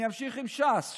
אני אמשיך עם ש"ס,